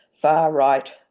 far-right